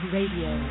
Radio